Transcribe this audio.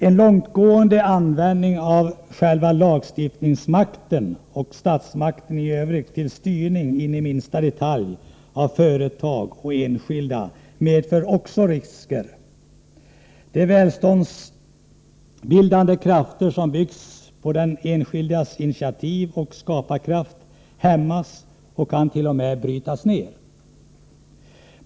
En långtgående användning av själva lagstiftningsmakten och statsmakten i övrigt till styrning in i minsta detalj av företag och enskilda medför också risker. De välståndsbildande krafter som bygger på den enskildes initiativ och skaparkraft hämmas och kant.o.m. brytas ner.